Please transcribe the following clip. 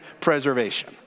preservation